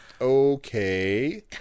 Okay